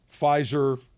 Pfizer